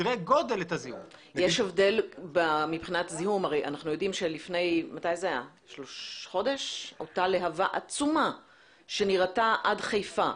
אנחנו יודעים שלפני חודש הייתה להבה עצומה שנראתה עד חיפה.